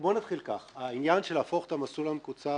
בוא נתחיל כך העניין להפוך את המסלול המקוצר